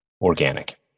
organic